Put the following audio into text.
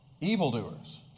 evildoers